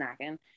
snacking